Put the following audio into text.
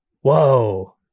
Whoa